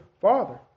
Father